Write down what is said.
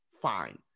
Fine